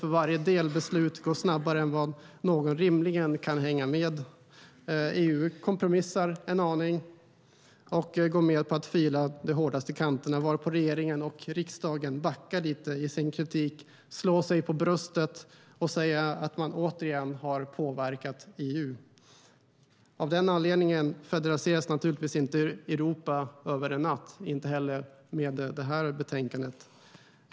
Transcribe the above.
För varje delbeslut går det snabbare än någon rimligen kan hänga med. EU kompromissar en aning och går med på att fila av de hårdaste kanterna, varpå regeringen och riksdagen backar lite i sin kritik, slår sig för bröstet och säger att man återigen har påverkat EU. Av den anledningen federaliseras naturligtvis inte Europa över en natt, inte heller genom det här betänkandet.